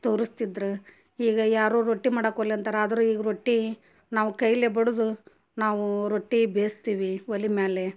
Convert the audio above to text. ತೋರಸ್ತಿದ್ರು ಈಗ ಯಾರೂ ರೊಟ್ಟಿ ಮಾಡಕ್ಕೆ ಒಲ್ಲೆ ಅಂತಾರೆ ಆದರೂ ಈಗ ರೊಟ್ಟಿ ನಾವು ಕೈಯಲ್ಲೇ ಬಡಿದು ನಾವು ರೊಟ್ಟಿ ಬೇಯ್ಸ್ತಿವಿ ಒಲೆ ಮೇಲೆ